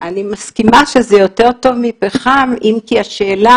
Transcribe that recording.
ואני מסכימה שזה יותר טוב מפחם אם כי השאלה